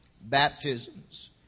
baptisms